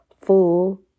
full